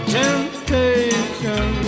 temptation